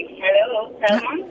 hello